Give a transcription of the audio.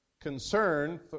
Concern